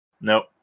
Nope